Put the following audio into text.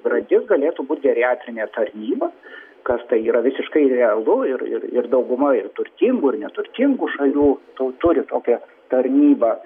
grandis galėtų būt geriatrinė tarnyba kas tai yra visiškai realu ir ir ir dauguma ir turtingų ir neturtingų šalių turi tokią tarnybą